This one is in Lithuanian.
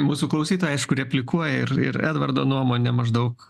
mūsų klausytojai aišku replikuoja ir ir edvardo nuomone maždaug